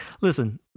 listen